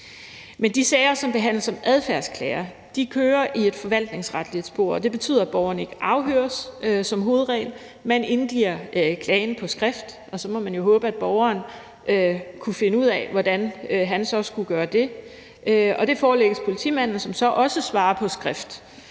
Men de sager, som behandles som adfærdsklager, kører i et forvaltningsretligt spor, og det betyder, at borgeren som hovedregel ikke afhøres. Borgeren indgiver klagen på skrift, og så må man jo håbe, at borgeren har kunnet finde ud af, hvordan han så skulle gøre det. Det forelægges politimanden, som så også svarer på skrift